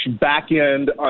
back-end